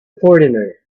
foreigner